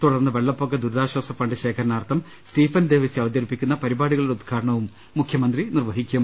തുടർന്ന് വെള്ള പ്പൊക്ക ദുരിതാശാസ ഫണ്ട് ശേഖരണാർത്ഥം സ്റ്റീഫൻ ദേവസ്യ അവതരിപ്പിക്കുന്ന പരിപാടികളുടെ ഉദ്ഘാടനവും മുഖ്യമന്ത്രി നിർവ്വഹിക്കും